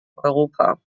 europa